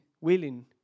willing